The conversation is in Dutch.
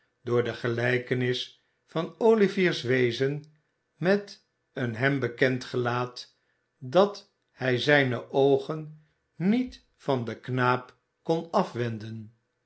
door de gelijkenis van olivier's wezen met een hem bekend gelaat dat hij zijne oogen niet van den knaap kon afwenden